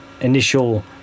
initial